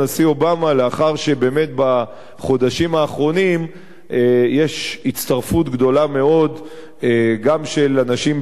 לאחר שבאמת בחודשים האחרונים יש הצטרפות גדולה מאוד של אנשים בישראל,